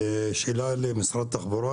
שאלה למשרד התחבורה.